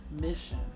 mission